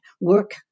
work